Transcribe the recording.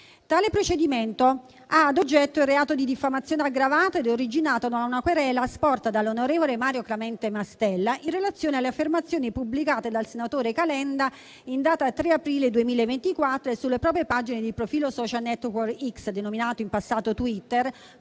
Tale procedimento ha ad oggetto il reato di diffamazione aggravata ed è originato da una querela sporta dall'onorevole Mario Clemente Mastella in relazione alle affermazioni pubblicate dal senatore Calenda in data 3 aprile 2024 sulle proprie pagine di profilo dei *social network* X (denominato in passato Twitter),